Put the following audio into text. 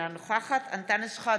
אינה נוכחת אנטאנס שחאדה,